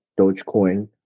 dogecoin